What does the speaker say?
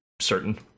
certain